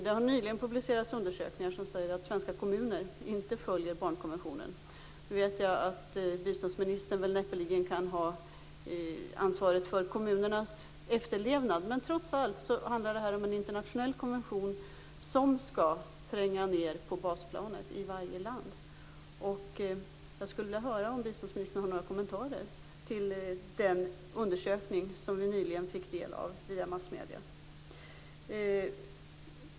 Det har nyligen publicerats undersökningar som säger att svenska kommuner inte följer barnkonventionen. Nu vet jag att biståndsministern näppeligen kan ha ansvaret för kommunernas efterlevnad, men det här handlar trots allt om en internationell konvention som skall tränga ned på basplanet i varje land. Jag skulle vilja höra om biståndsministern har några kommentarer till den undersökning som vi nyligen fick ta del av via massmedierna.